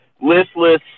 listless